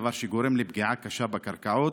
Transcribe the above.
דבר שגורם לפגיעה קשה בקרקעות,